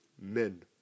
men